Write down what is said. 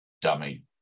dummy